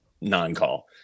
non-call